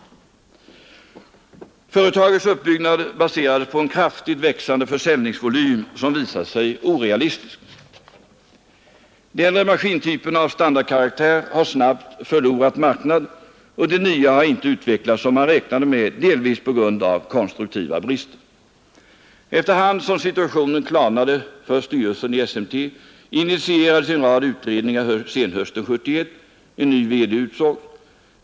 Företagets uppbyggnad baserades på en kraftigt växande försäljningsvolym som visade sig orealistisk. Denna maskintyp av standardkaraktär har snabbt förlorat marknaden, och det nya har inte utvecklats som man räknat med, delvis på grund av konstruktiva brister. Efter hand som situationen klarnade för styrelsen i SMT initierades en rad utredningar senhösten 1971. En ny verkställande direktör utsågs.